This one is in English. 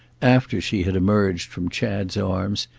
after she had emerged from chad's arms,